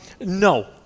No